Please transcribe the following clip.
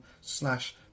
slash